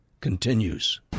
continues